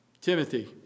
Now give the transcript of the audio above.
Timothy